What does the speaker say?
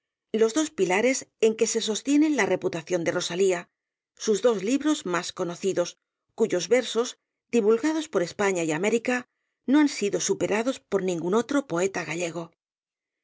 los dos pilares en que se sostiene la reputación de rosalía sus dos libros más conocidos cuyos versos divulgados por españa y américa no han sido superados por ningún otro poeta gallego